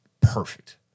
perfect